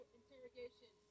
interrogation